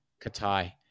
Katai